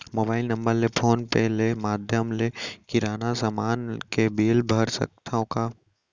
Mobile number ले phone पे ले माधयम ले किराना समान के बिल भर सकथव का?